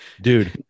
dude